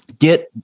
Get